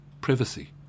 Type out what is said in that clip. privacy